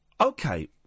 Okay